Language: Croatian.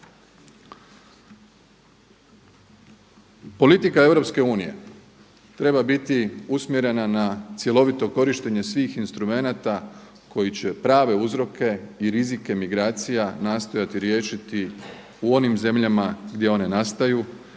Politika EU treba biti usmjerena na cjelovito korištenje svih instrumenata koji će prave uzroke i rizike migracija nastojati riješiti u onim zemljama gdje one nastaju,